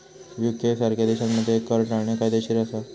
UK सारख्या देशांमध्ये कर टाळणे कायदेशीर असा